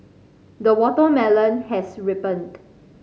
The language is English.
the watermelon has ripened